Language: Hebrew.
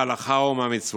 מההלכה או מהמצוות.